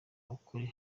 ukuri